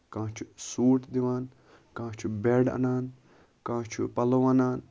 کانٛہہ چھُ سوٹ دِوان کانٛہہ چھُ بیٚڈ اَنان کانٛہہ چھُ پَلو اَنان